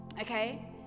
okay